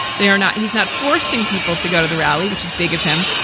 they are not he's not forcing people to go to the rally, which is big of him.